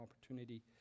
opportunity